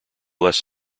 less